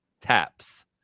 Taps